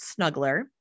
snuggler